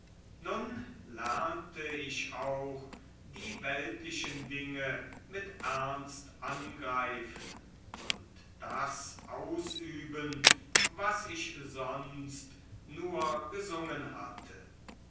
nun lernte ich auch die weltlichen dinge mit ernst angreifen und das ausüben was ich sonst nur gesungen hatte